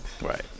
Right